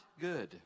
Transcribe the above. good